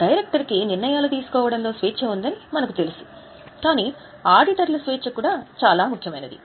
director కి నిర్ణయాలు తీసుకోవడంలో స్వేచ్ఛ ఉందని మనకు తెలుసు కాని ఆడిటర్ల స్వేచ్ఛ కూడా చాలా ముఖ్యమైనది